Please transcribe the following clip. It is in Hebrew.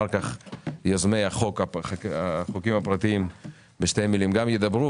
אחר כך יוזמי החוקים הפרטיים גם ידברו בשתי מילים,